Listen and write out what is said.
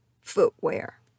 footwear